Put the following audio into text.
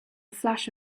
flash